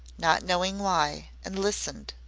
not knowing why, and listened.